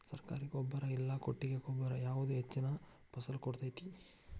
ಸರ್ಕಾರಿ ಗೊಬ್ಬರ ಇಲ್ಲಾ ಕೊಟ್ಟಿಗೆ ಗೊಬ್ಬರ ಯಾವುದು ಹೆಚ್ಚಿನ ಫಸಲ್ ಕೊಡತೈತಿ?